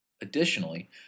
Additionally